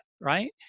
right